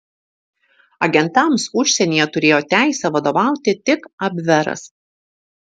agentams užsienyje turėjo teisę vadovauti tik abveras